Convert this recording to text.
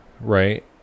Right